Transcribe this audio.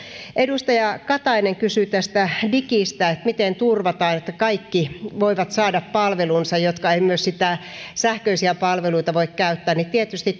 edustaja katainen kysyi tästä digistä miten turvataan että kaikki voivat saada palvelunsa myös ne jotka eivät sähköisiä palveluita voi käyttää tietysti